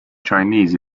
chinese